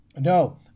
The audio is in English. No